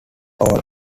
all